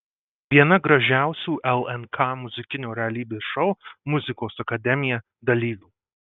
viena gražiausių lnk muzikinio realybės šou muzikos akademija dalyvių